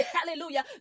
Hallelujah